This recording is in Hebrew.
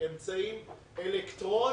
אמצעים אלקטרונים,